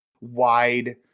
wide